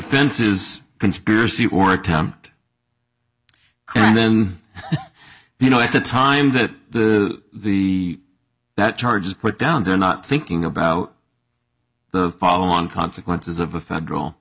is conspiracy or attempt and then you know at the time that the that charge is put down they're not thinking about the follow on consequences of a federal